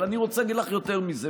אבל אני רוצה להגיד לך יותר מזה.